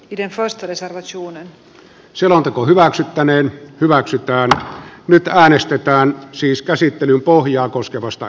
iden vastaisen suunnan selonteko hyväksyttäneen hyväksytään mitä äänestetään siis käsittelyn pohjaa koskevasta